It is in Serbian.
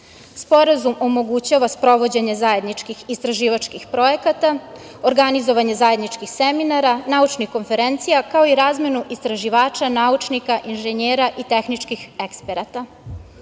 Sporazum omogućava sprovođenje zajedničkih istraživačkih projekata, organizovanje zajedničkih seminara, naučnih konferencija, kao i razmenu istraživača, naučnika, inženjera i tehničkih eksperata.